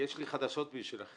יש לי חדשות בשבילכם.